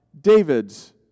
David's